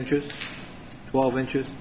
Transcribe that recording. interest twelve inches